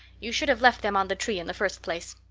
you should have left them on the tree in the first place.